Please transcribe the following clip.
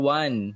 one